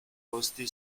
costi